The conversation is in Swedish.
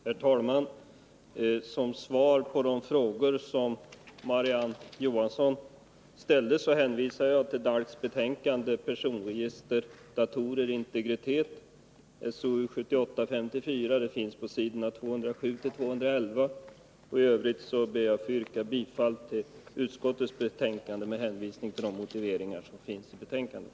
Herr talman! Som svar på de frågor Marie-Ann Johansson ställde hänvisar jag till DALK:s betänkande Personregister —- Datorer — Integritet, SOU 1978:54,s. 207-211. I övrigt ber jag att få yrka bifall till utskottets hemställan, med hänvisning till de motiveringar som finns i betänkandet.